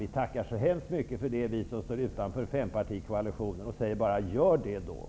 Vi tackar för det, vi som står utanför fempartikoalitionen, och säger: Gör då det.